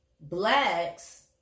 blacks